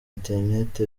internet